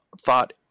thought